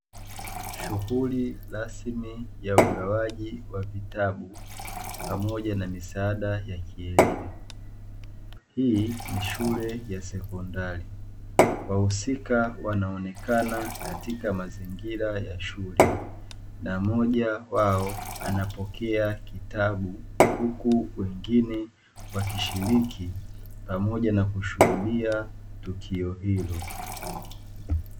Shughuli rasmi ya ugawaji wa vitabu pamoja na misaada ya kielimu. Hii ni shule ya sekondari, wahusika wanaonekana katika mazingira ya shule na mmoja wao anapokea kitabu huku wengine wakishiriki pamoja na kushuhudia tukio hilo.